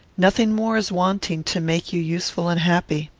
nothing more is wanting to make you useful and happy.